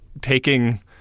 taking